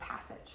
passage